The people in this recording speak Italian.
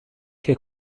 ché